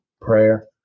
prayer